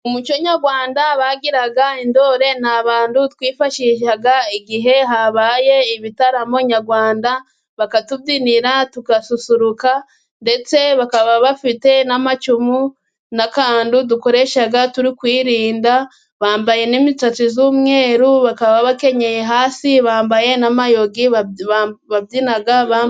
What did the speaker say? Mu muco nyarwanda bagiraga intore, ni abantu twifashishaga igihe habaye ibitaramo nyarwanda, bakatubyinira tugasusuruka, ndetse bakaba bafite n'amacumu n'akantu dukoresha turi kwirinda, bambaye n'imisatsi y'umweru bakaba bakenyeye hasi, bambaye n'amayugi babyina.